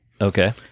okay